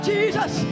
Jesus